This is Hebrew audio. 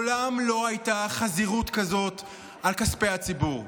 מעולם לא הייתה חזירות כזאת על כספי הציבור.